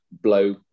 blow